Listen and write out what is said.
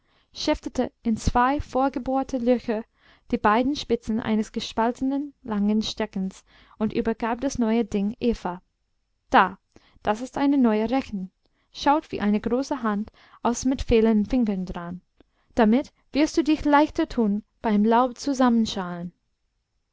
schäftete in zwei vorgebohrte löcher die beiden spitzen eines gespaltenen langen steckens und übergab das neue ding eva da das ist ein neuer rechen schaut wie eine große hand aus mit vielen fingern dran damit wirst du dich leichter tun beim laubzusammenscharren